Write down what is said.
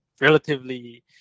relatively